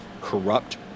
corrupt